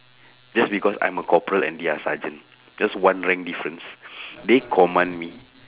just because I'm a corporal and they are sergeant just one rank difference they command me